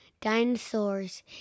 Dinosaurs